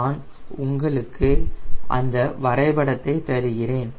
நான் உங்களுக்கு அந்த வரைபடத்தை தருகிறேன்